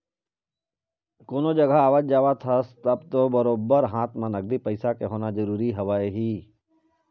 कोनो जघा आवत जावत हस तब तो बरोबर हाथ म नगदी पइसा के होना जरुरी हवय ही